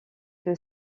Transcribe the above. que